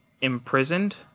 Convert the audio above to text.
Imprisoned